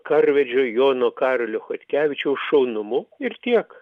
karvedžio jono karolio chodkevičiaus šaunumu ir tiek